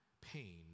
pain